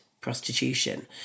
prostitution